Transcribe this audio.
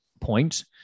point